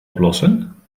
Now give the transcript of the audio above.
oplossen